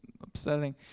upsetting